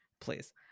please